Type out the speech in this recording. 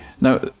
now